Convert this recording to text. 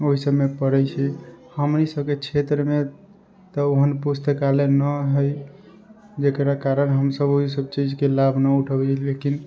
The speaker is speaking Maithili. ओहि सबमे पढ़ै छी हमनी सबके क्षेत्रमे तऽ ओहन पुस्तकालय नहि हइ जकरा कारण हमसब ओहिसब चीजके लाभ नहि उठैली लेकिन